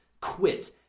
quit